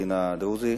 בבית-הדין הדרוזי.